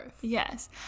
yes